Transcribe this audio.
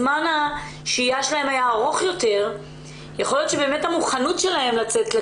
בשלים להגיע למסגרת ארוכת טווח או להיכנס לתוך